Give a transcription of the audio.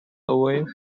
away